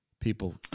people